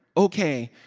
ok.